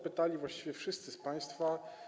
Pytali o to właściwie wszyscy z państwa.